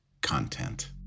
content